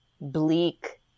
bleak